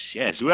yes